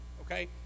okay